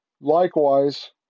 Likewise